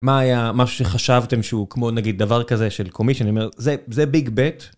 מה היה, משהושחשבתם שהוא כמו, נגיד, דבר כזה של קומיישן? אני אומר, זה ביג בט.